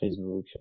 Facebook